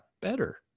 better